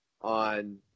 on